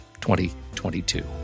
2022